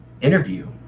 interview